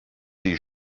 die